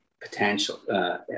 potential